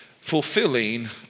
Fulfilling